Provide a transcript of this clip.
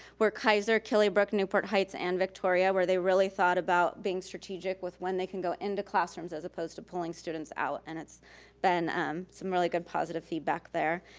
where kaiser, killybrooke, newport heights, and victoria where they really thought about being strategic with when they can go into classrooms as opposed to pulling students out, and it's been some really good positive feedback there.